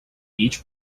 each